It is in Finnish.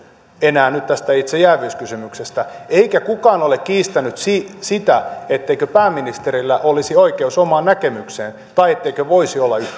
enää tästä itse jääviyskysymyksestä eikä kukaan ole kiistänyt sitä sitä etteikö pääministerillä olisi oikeus omaan näkemykseen tai etteikö voisi olla